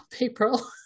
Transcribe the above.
April